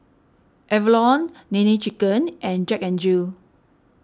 Avalon Nene Chicken and Jack N Jill